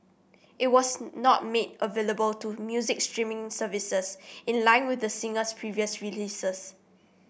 it was not made available to music streaming services in line with the singer's previous releases